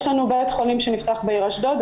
יש לנו בית חולים שנפתח בעיר אשדוד,